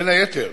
בין היתר,